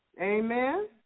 Amen